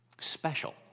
Special